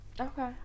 Okay